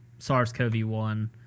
SARS-CoV-1